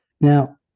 Now